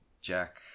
Jack